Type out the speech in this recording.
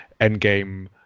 Endgame